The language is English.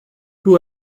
who